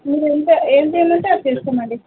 మీరు ఎంత ఏం చేయమంటే అది చేస్తామండి